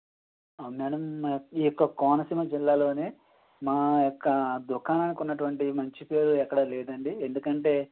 madam ఈ యొక్క కోనసీమ జిల్లాలోనే మా యొక్క దుకాణానికి ఉన్నటువంటి మంచి పేరు ఎక్కడా లేదండి ఎందుకంటే